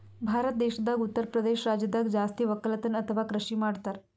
ಭಾರತ್ ದೇಶದಾಗ್ ಉತ್ತರಪ್ರದೇಶ್ ರಾಜ್ಯದಾಗ್ ಜಾಸ್ತಿ ವಕ್ಕಲತನ್ ಅಥವಾ ಕೃಷಿ ಮಾಡ್ತರ್